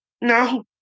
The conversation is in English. no